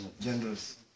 Generous